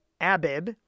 Abib